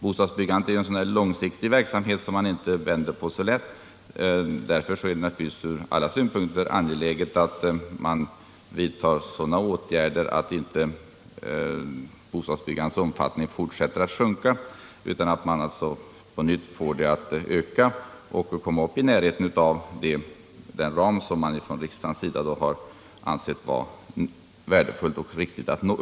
Bostadsbyggandet är en långsiktig verksamhet som man inte vänder på så lätt. Därför är det från alla synpunkter angeläget att vidta sådana åtgärder att inte bostadsbyggandets omfattning fortsätter att sjunka, utan att man på nytt får den att öka och komma upp i närheten av den ram som riksdagen har ansett det värdefullt och riktigt att nå.